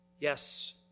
Yes